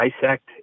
dissect